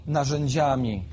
narzędziami